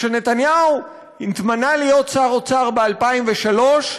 כשנתניהו נתמנה להיות שר אוצר ב-2003,